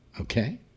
okay